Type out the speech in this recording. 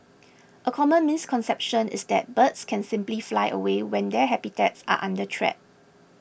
a common misconception is that birds can simply fly away when their habitats are under threat